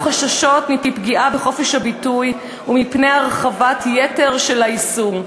חששות מפני פגיעה בחופש הביטוי ומפני הרחבת יתר של האיסור.